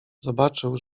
zobaczył